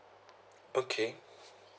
okay